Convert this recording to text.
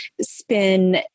spin